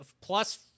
plus